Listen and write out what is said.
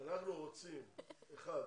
אנחנו רוצים, אחת,